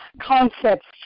concepts